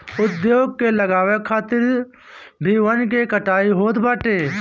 उद्योग के लगावे खातिर भी वन के कटाई होत बाटे